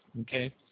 Okay